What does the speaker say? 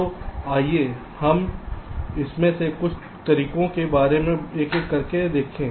तो आइए हम इनमें से कुछ तरीकों को एक एक करके देखें